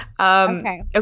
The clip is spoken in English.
okay